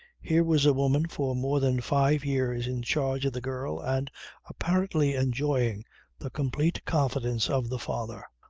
here was a woman for more than five years in charge of the girl and apparently enjoying the complete confidence of the father.